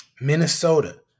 Minnesota